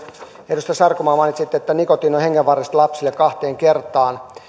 edustaja sarkomaa mainitsi että nikotiini on hengenvaarallista lapsille kahteen kertaan